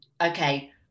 Okay